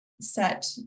set